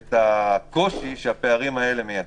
את הקושי שהפערים האלה מייצרים.